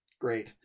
Great